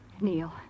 Neil